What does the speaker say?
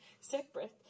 separate